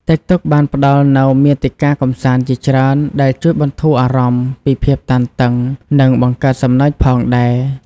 តិកតុកបានផ្ដល់នូវមាតិកាកម្សាន្តជាច្រើនដែលជួយបន្ធូរអារម្មណ៍ពីភាពតានតឹង និងបង្កើតសំណើចផងដែរ។